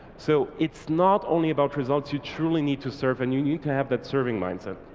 so it's not only about results, you truly need to serve, and you need to have that serving mindset.